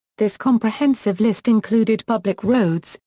this comprehensive list included public roads,